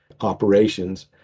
operations